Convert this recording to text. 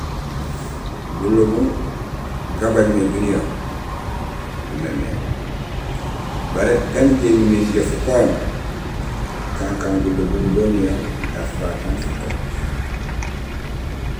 Gulobum gabajomé duniyee gumémééŋ; baré gang injé imimé injé fukohoom kankaan gulobum goniyee gafaak aan futook.